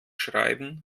schreiben